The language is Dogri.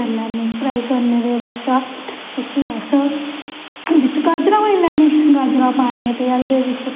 शिव जी भगवान दी पूज़ा करदे भंग मरो मनांदे फिर